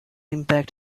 impact